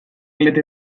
lete